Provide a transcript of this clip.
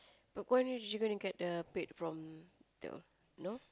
but when you you gonna get the paid from the no